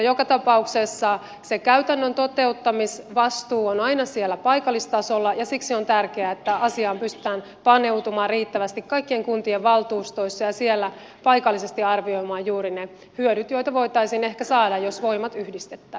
joka tapauksessa se käytännön toteuttamisvastuu on aina siellä paikallistasolla ja siksi on tärkeää että asiaan pystytään paneutumaan riittävästi kaikkien kuntien valtuustoissa ja siellä paikallisesti arvioimaan juuri ne hyödyt joita voitaisiin ehkä saada jos voimat yhdistettä